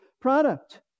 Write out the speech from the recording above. product